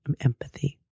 empathy